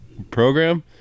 program